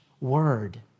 word